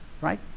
right